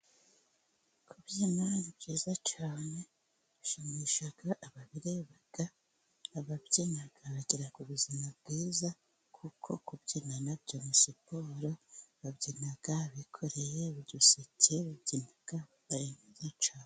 Kubyina ni byiza cyane bishimisha ababireba ababyinnyi bagira ku buzima bwiza, kuko kubyina na byo ni siporo, babyina bikoreye uduseke, babyina neza cyane.